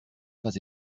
pas